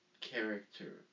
character